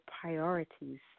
Priorities